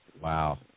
wow